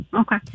Okay